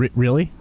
really?